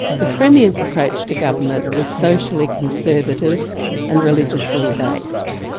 the premier's approach to government was socially conservative and religiously based.